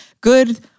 good